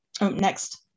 Next